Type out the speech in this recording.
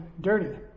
dirty